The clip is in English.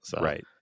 Right